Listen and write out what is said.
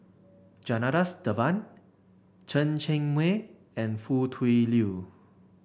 Janadas Devan Chen Cheng Mei and Foo Tui Liew